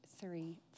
three